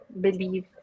believe